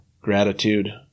gratitude